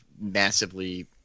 massively